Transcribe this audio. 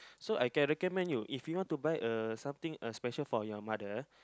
so I can recommend you if you want to buy a something a special for your mother